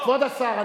כבוד השר,